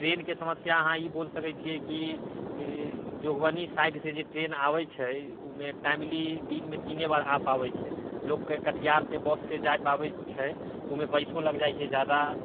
ट्रेनके समस्या अहाँ ई बोलि सकै छिए कि जोगबनी साइडसँ जे ट्रेन आबै छै ओहिमे टाइमली दिनमे तीने बार आ पाबै छै लोकके कटिहारसँ बससँ जाइ पाबै छै ओहिमे पइसो लगि जाइ छै ज्यादा